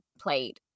played